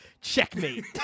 Checkmate